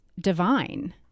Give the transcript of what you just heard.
divine